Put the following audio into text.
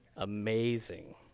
Amazing